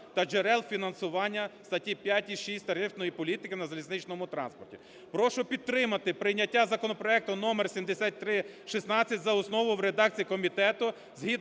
та джерел фінансування, статті 5 і 6, тарифної політики на залізничному транспорті. Прошу підтримати прийняття законопроекту № 7316 за основу в редакції комітету згідно